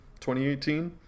2018